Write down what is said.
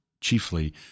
chiefly